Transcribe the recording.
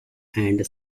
and